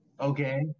okay